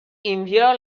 inviò